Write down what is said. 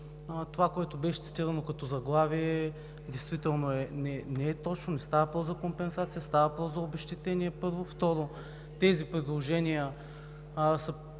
Това, което беше цитирано като заглавие, действително не е точно, не става въпрос за компенсация, а става въпрос за обезщетение, първо. Второ, тези предложения са припознати